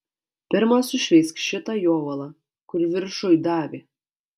pirma sušveisk šitą jovalą kur viršuj davė